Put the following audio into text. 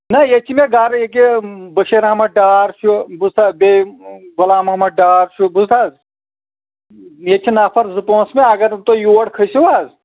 نہ ییٚتہِ چھُ مےٚ گرٕ ییٚکہِ بٔشیٖر احمد ڈار چھُ بوٗزتھاہ بیٚیہِ غلام محمد ڈار چھُ بوٗزتھاہ حظ ییٚتہِ چھِ نَفر زٕ پانٛژھ مےٚ اَگر نہٕ تُہۍ یوڑ کھسِو حظ